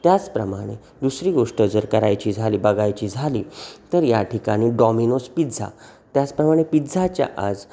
त्याचप्रमाणे दुसरी गोष्ट जर करायची झाली बघायची झाली तर या ठिकाणी डॉमिनोज पिझ्झा त्याचप्रमाणे पिझ्झाच्या आज